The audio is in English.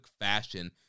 fashion